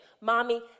mommy